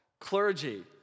clergy